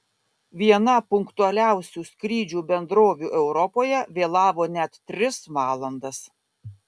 viena punktualiausių skrydžių bendrovių europoje vėlavo net tris valandas